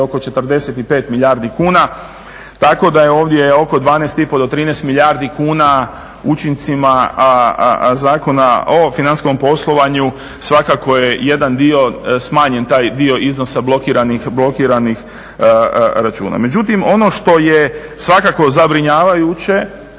oko 45 milijardi kuna, tako da je ovdje oko 12 i pol do 13 milijardi kuna učincima Zakona o financijskom poslovanju svakako je jedan dio smanjen taj dio iznosa blokiranih računa. Međutim, ono što je svakako zabrinjavajuće